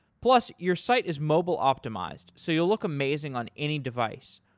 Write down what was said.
plus, your site is mobile optimized, so you'll look amazing on any device.